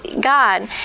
God